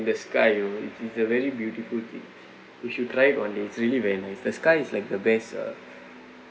the sky you know is is a very beautiful thing we should try it on this is really very nice the sky is like the best uh